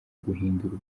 guhindura